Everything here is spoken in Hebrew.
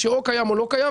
שאו קיים או לא קיים.